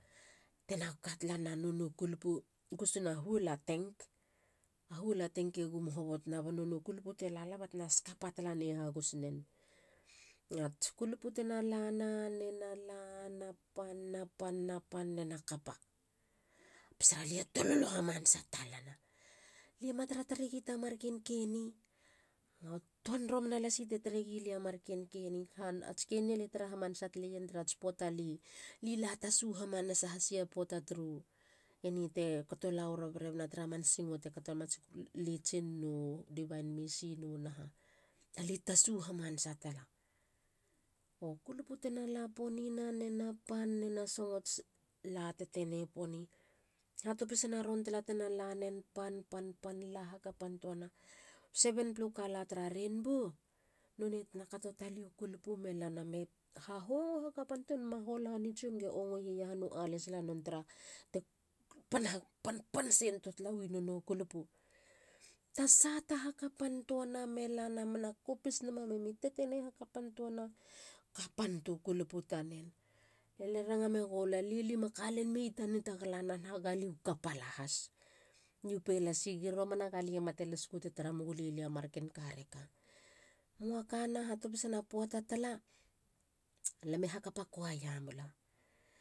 Tenaka talana nono kulupu. gusuna huola tank. ahuola tank e gum hobotona. ba nono kulupu te lalala,. batena skapa talane hagusnen. Nats kulupu tena lana. ne nala na pan. na pan ne na kapa. Pesara lie tololo hamanasa talana. lie ma tarataregi ta mar ken keni. na i tuan romana lasi te taregi lia marken keni han. ats keni ali tara hamanasa taleyen tarats puata alila tasu hamanasa si a puata turu. eni te kato lawara berebana tara man singo te kato mats litsin no divine mercy no naha? Alie tasu hamasa tala. Bo kulupu te na la ponina nena pan nene songots la ha tetene poni. ha hatopisana ron tala tena lanen pan. pan. pan, la hakapan tuana. seven pala color tara rainbow none tena kato talei u kulupu mehana me ha hongo hakapan tue nama hol han i tsiom ge ongoye yahanu alesala non tara te pan pan sen tua talawi nono kulupu. Tasata hakapantuana me lana mena kopis nama me me tetene hakapan tuana. kapan tua u kulupu tanen. Ale ranga megolu lia lima kalen mei ta nitagala na naha. galiu kapa lahas. liupe lasi ge romana galie mate las- go te tara megulie lia mar ken ka reka. Mua kana ha topisana puata tala. lame hakapa choir mula.